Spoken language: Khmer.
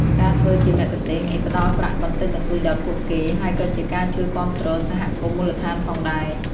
ការធ្វើជាមគ្គុទ្ទេសក៏នេះផ្ដល់ប្រាក់បន្តិចបន្តួចដល់ពួកគេ ហើយក៏ជាការជួយគាំទ្រសហគមន៍មូលដ្ឋានផងដែរ។